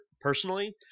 personally